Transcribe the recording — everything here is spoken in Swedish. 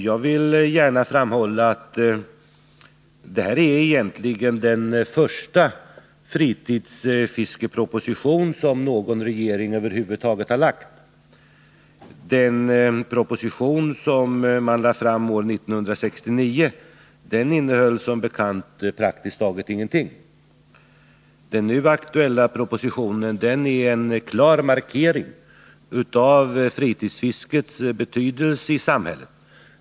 Jag vill gärna framhålla att detta egentligen är den första fritidsfiskeproposition som någon regering över huvud taget har lagt fram. Den proposition om fritidsfiske som lades fram år 1969 innehöll som bekant praktiskt taget ingenting. Den nu aktuella propositionen är en klar markering av fritidsfiskets betydelse i samhället.